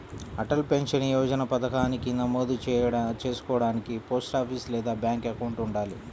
Atal pension Yojana పథకానికి నమోదు చేసుకోడానికి పోస్టాఫీస్ లేదా బ్యాంక్ అకౌంట్ ఉండాలి